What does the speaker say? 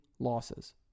losses